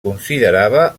considerava